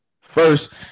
first